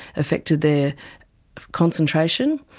affected their concentration,